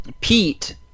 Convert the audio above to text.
Pete